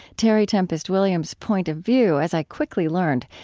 terry tempest williams' point of view, as i quickly learned,